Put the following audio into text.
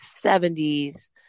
70s